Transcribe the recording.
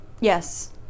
Yes